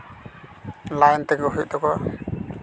line ᱛᱤᱸᱜᱩ ᱦᱩᱭᱩᱜ ᱛᱟᱠᱚᱣᱟ